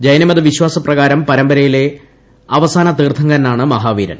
ജൈനമത വിശ്വാസ പ്രകാരം പരമ്പരയിലെ അവസാന ്തീർത്ഥങ്കരനാണ് മഹാവീരൻ